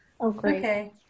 Okay